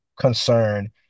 concern